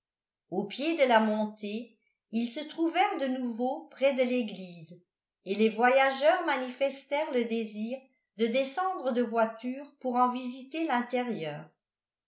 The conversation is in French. au pied de la montée ils se trouvèrent de nouveau près de l'église et les voyageurs manifestèrent le désir de descendre de voiture pour en visiter l'intérieur